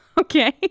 Okay